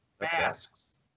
masks